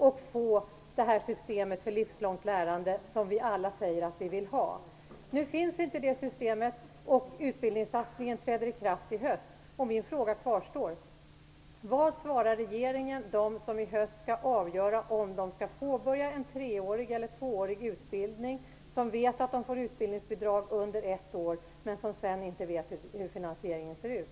Då skulle vi få systemet för livslångt lärande som vi alla säger att vi vill ha. Nu finns inte detta system och utbildningssatsningen träder i kraft i höst. Min fråga kvarstår: Vad svarar regeringen dem som i höst skall avgöra om de skall påbörja en treårig eller tvåårig utbildning, vilka vet att de får utbildningsbidrag under ett år men som sedan inte vet hur finansieringen ser ut?